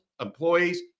employees